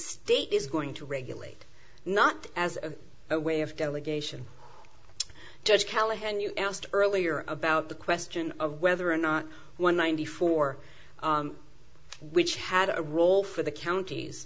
state is going to regulate not as a way of delegation judge callahan you asked earlier about the question of whether or not one ninety four which had a role for the counties